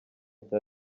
cya